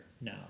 now